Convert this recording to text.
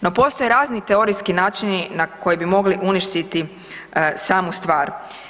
No postoje razni teorijski načini na koji bi mogli uništiti samu stvar.